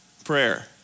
prayer